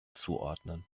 zuordnen